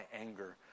anger